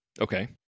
Okay